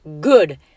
good